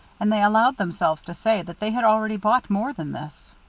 and they allowed themselves to say that they had already bought more than this.